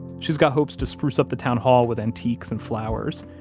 she's got hopes to spruce up the town hall with antiques and flowers.